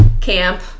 camp